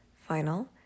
final